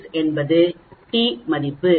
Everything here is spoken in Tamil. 96 என்பது t மதிப்பு